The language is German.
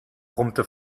brummte